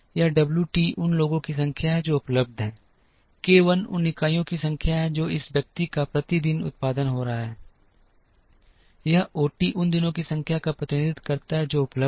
यह W T उन लोगों की संख्या है जो उपलब्ध हैं k 1 उन इकाइयों की संख्या है जो इस व्यक्ति का प्रति दिन उत्पादन हो रहा है यह ओटी दिनों की संख्या का प्रतिनिधित्व करता है जो उपलब्ध हैं